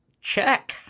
Check